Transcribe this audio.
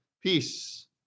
peace